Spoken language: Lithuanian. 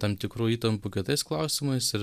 tam tikrų įtampų kitais klausimais ir